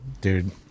dude